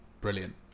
Brilliant